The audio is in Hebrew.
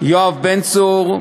יואב בן צור,